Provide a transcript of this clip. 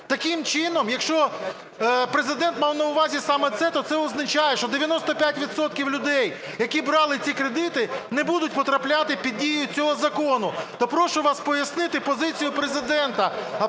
Таким чином, якщо Президент мав на увазі саме це, то це означає, що 95 відсотків людей, які брали ці кредити, не будуть потрапляти під дію цього закону. То прошу вас пояснити позицію Президента